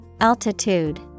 Altitude